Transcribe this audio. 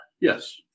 Yes